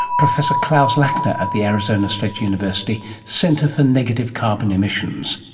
professor klaus lackner at the arizona state university, centre for negative carbon emissions.